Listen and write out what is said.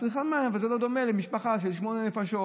הצריכה לא דומה לזו של משפחה של שמונה נפשות,